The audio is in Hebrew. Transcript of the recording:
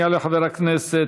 יעלה חבר הכנסת